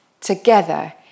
together